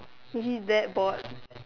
is it that bored